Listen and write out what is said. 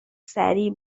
سریع